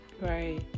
Right